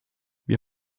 wir